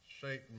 Satan